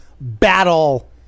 battle